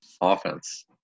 offense